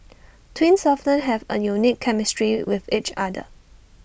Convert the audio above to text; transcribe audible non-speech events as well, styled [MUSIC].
[NOISE] twins often have A unique chemistry with each other